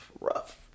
rough